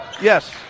yes